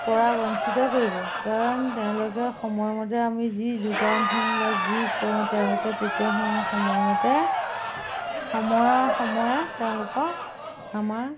পৰা বঞ্চিত কৰিব কাৰণ তেওঁলোকে সময়মতে আমি যি যোগান ধৰোঁ বা যি কৰোঁ তেওঁলোকে তেতিয়াহে আমাৰ সময়মতে সময়ে সময়ে তেওঁলোকক আমাৰ